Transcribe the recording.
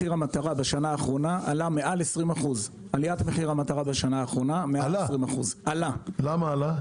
מחיר המטרה בשנה האחרונה עלה מעל 20%. למה עלה?